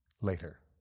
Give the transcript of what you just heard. later